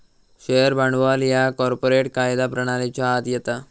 share भांडवल ह्या corporate कायदा प्रणालीच्या आत येता